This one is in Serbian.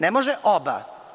Ne može oba.